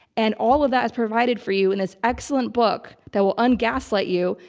and all of that is provided for you in this excellent book that will un-gaslight you.